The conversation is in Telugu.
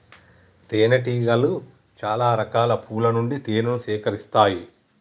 తేనె టీగలు చాల రకాల పూల నుండి తేనెను సేకరిస్తాయి